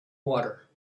water